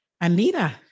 Anita